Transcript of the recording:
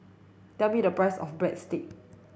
tell me the price of Breadsticks